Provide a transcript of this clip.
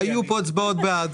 היו פה הצבעות בעד.